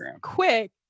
Quick